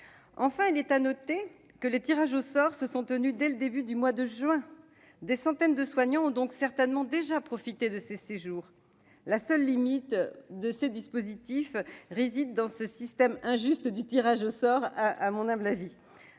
Enfin, il est à noter que les tirages au sort se sont tenus dès le début du mois de juin. Des centaines de soignants ont donc certainement déjà profité de ces séjours. La seule limite réside dans ce système injuste de tirage au sort. Un système plus